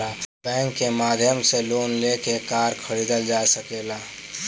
bank के माध्यम से लोन लेके कार खरीदल जा सकेला